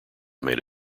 made